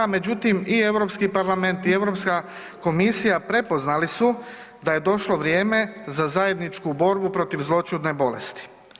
Međutim, i Europski parlament i Europska komisija prepoznali su da je došlo vrijeme za zajedničku borbu protiv zloćudne bolesti.